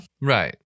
Right